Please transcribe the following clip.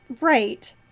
right